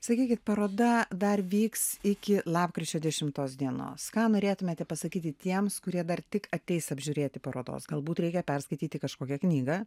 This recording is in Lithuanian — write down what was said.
sakykit paroda dar vyks iki lapkričio dešimtos dienos ką norėtumėte pasakyti tiems kurie dar tik ateis apžiūrėti parodos galbūt reikia perskaityti kažkokią knygą